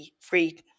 free